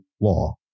law